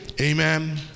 Amen